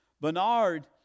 Bernard